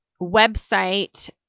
website